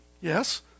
Yes